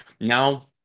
Now